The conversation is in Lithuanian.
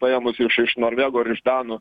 paėmus iš iš norvegų ar iš danų